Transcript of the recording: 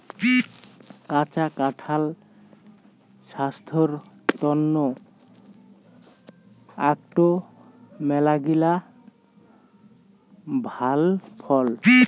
কাঁচা কাঁঠাল ছাস্থের তন্ন আকটো মেলাগিলা ভাল ফল